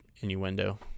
innuendo